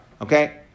okay